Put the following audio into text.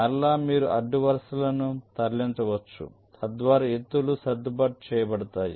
మరలా మీరు అడ్డు వరుసలను తరలించవచ్చు తద్వారా ఎత్తులు సర్దుబాటు చేయబడతాయి